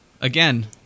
Again